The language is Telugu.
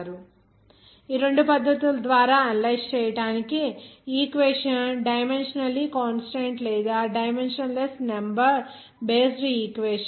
ఇప్పుడు ఈ రెండు పద్ధతుల ద్వారా అనలైజ్ చేయడానికి ఈక్వేషన్ డైమెన్షనలీ కన్సిస్టెంట్ లేదా dimensionless number based equation